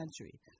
country